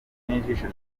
n’ijisho